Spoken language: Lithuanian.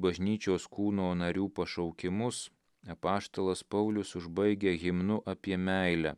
bažnyčios kūno narių pašaukimus apaštalas paulius užbaigia himnu apie meilę